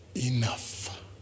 Enough